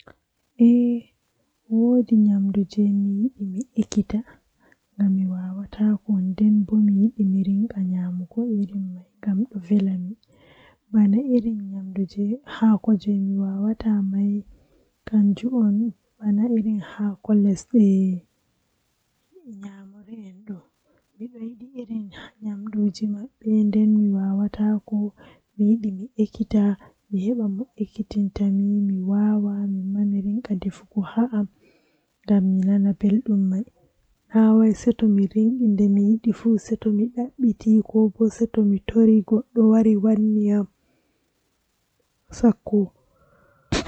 Ndikkinami mi jooda haa nder suudu be hundeeji boima heba mi nana ko be nanata wakkati mabbe wakkati bedon joodi haa nder maajum, Amma haa dow hoosere mi anda dabbaaji toi woni ton wawan hunde feere wurta nawna mi malla hulnami.